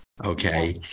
Okay